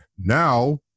Now